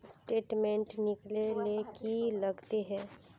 Statement निकले ले की लगते है?